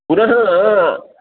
पुनः